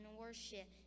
worship